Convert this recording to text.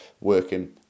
working